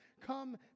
come